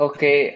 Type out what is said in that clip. Okay